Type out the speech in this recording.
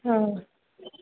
ಹಾಂ